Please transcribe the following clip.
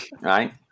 right